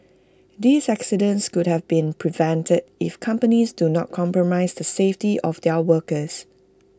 these accidents could have been prevented if companies do not compromise the safety of their workers